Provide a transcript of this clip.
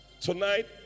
Tonight